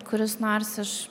kuris nors iš